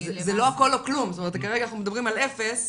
או הכל או כלום, כרגע אנחנו מדברים על אפס